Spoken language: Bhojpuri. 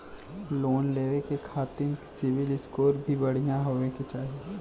लोन लेवे के खातिन सिविल स्कोर भी बढ़िया होवें के चाही?